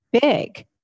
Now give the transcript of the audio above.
big